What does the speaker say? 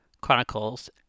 chronicles